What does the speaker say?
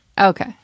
Okay